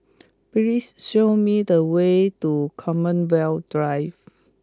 please show me the way to Commonwealth Drive